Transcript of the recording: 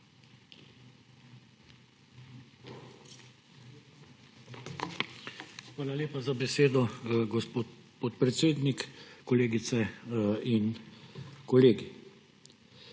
Hvala lepa za besedo, gospod podpredsednik. Kolegice in kolegi!